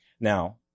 Now